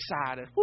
excited